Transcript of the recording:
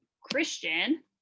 christian